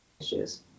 issues